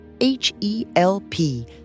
H-E-L-P